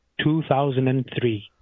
2003